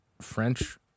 French